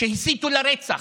שהסיתו לרצח,